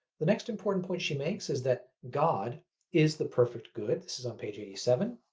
the next important point she makes is that god is the perfect good. this is on page eighty seven.